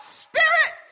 spirit